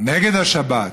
הם נגד השבת,